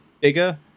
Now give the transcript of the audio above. bigger